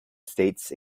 states